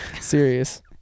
Serious